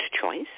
choice